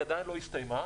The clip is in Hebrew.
היא עדיין לא הסתיימה,